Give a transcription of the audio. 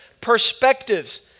perspectives